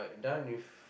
done with